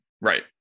Right